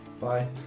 Bye